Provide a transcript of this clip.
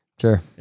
Sure